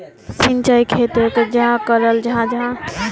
सिंचाई खेतोक चाँ कराल जाहा जाहा?